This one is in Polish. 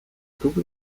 stóp